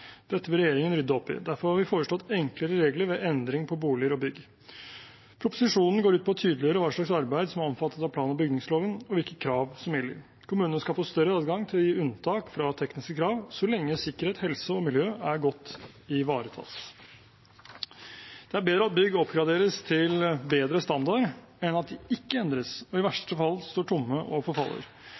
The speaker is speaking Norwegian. Dette vil regjeringen rydde opp i. Derfor har vi foreslått enklere regler ved endring på boliger og bygg. Proposisjonen går ut på å tydeliggjøre hva slags arbeid som er omfattet av plan- og bygningsloven, og hvilke krav som gjelder. Kommunene skal få større adgang til å gi unntak fra tekniske krav så lenge sikkerhet, helse og miljø er godt ivaretatt. Det er bedre at bygg oppgraderes til bedre standard enn at de ikke endres og i verste fall står tomme og forfaller.